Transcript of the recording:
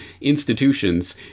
institutions